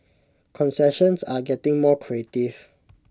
concessions are getting more creative